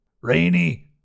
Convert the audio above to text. Rainy